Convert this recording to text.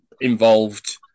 involved